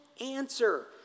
answer